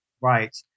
Right